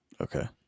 Okay